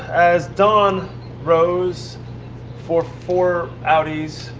as dawn rose for four audis,